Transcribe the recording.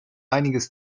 einiges